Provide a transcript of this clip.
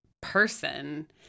person